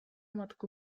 matku